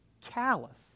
callous